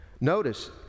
Notice